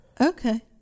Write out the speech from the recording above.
okay